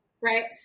Right